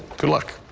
good luck.